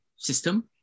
system